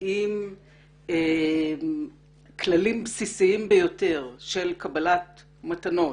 עם כללים בסיסיים ביותר של קבלת מתנות